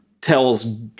tells